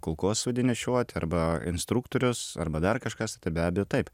kulkosvaidį nešioti arba instruktorius arba dar kažkas tai tai be abejo taip